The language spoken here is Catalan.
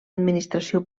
administració